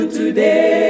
today